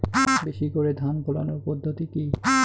বেশি করে ধান ফলানোর পদ্ধতি?